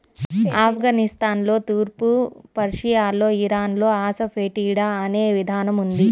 ఆఫ్ఘనిస్తాన్లో, తూర్పు పర్షియాలో, ఇరాన్లో అసఫెటిడా అనే విధానం ఉంది